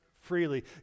freely